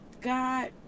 God